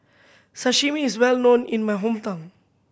Sashimi is well known in my hometown